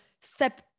step